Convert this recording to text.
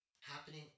happening